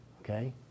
Okay